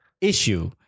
issue